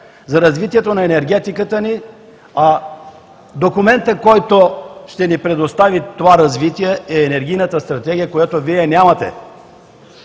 за развитието на енергетиката ни, а документът, който ще ни предостави това развитие, е Енергийната стратегия, която Вие нямате.